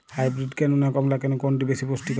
Hybrid কেনু না কমলা লেবু কোনটি বেশি পুষ্টিকর?